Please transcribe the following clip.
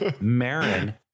Marin